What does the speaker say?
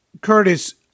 Curtis